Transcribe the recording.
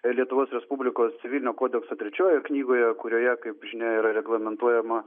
lietuvos respublikos civilinio kodekso trečiojoje knygoje kurioje kaip žinia yra reglamentuojama